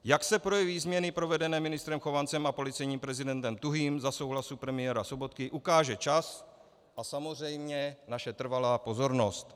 Jak se projeví změny provedené ministrem Chovancem a policejním prezidentem Tuhým za souhlasu premiéra Sobotky, ukáže čas a samozřejmě naše trvalá pozornost.